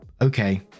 okay